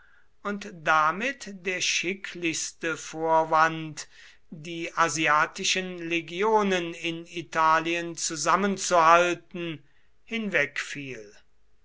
und damit der schicklichste vorwand die asiatischen legionen in italien zusammenzuhalten